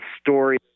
story